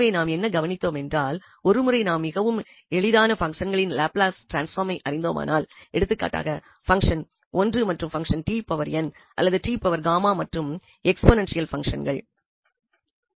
எனவே நாம் என்ன கவனித்தோம் என்றால் ஒரு முறை நாம் மிகவும் எளிதான பங்சன்களின் லாப்லஸ் டிரான்ஸ்பாமை அறிந்தோமானால் எடுத்துக்காட்டாக பங்சன் 1 மற்றும் பங்க்சன் அல்லது மற்றும் எக்ஸ்போநென்ஷியல் பங்சன்கள் ஆகியவை இருக்கும்